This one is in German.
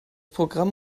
programm